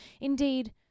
Indeed